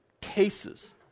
cases